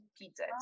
pizza